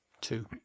Two